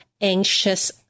anxious